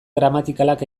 gramatikalak